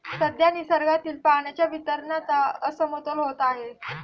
सध्या निसर्गातील पाण्याच्या वितरणाचा असमतोल होत आहे